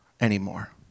anymore